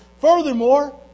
furthermore